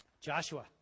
Joshua